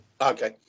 Okay